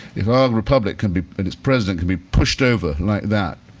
if our republic can be and its president can be pushed over, like that,